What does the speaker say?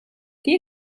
chi